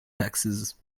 taxes